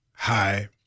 Hi